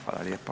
Hvala lijepa.